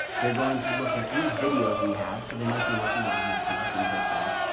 they're going to look at any videos we have. so they might be looking at youtube, things like that.